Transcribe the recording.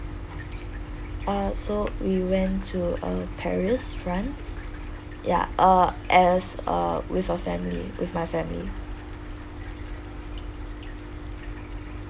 uh so we went to uh paris france ya uh as uh with a family with my family